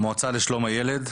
המועצה לשלום הילד,